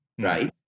right